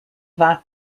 vat